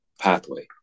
pathway